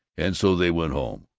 and so they went home